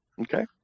Okay